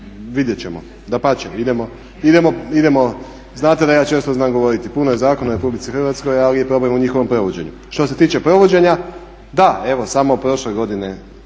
vidjet ćemo. Dapače, idemo. Znate da ja često znam govoriti puno je zakona u RH ali je problem u njihovom provođenju. Što se tiče provođenja da, evo samo prošle godine